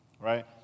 right